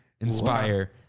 Inspire